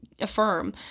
affirm